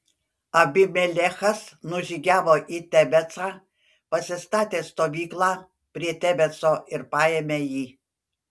abimelechas nužygiavo į tebecą pasistatė stovyklą prie tebeco ir paėmė jį